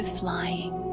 flying